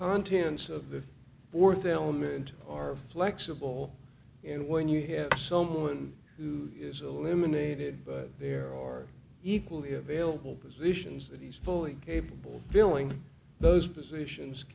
contents of the fourth element are flexible and when you have someone who is eliminated but there are equally available positions that he's fully capable filling those positions